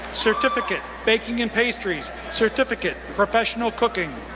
certificate, baking and pastries, certificate, professional cooking.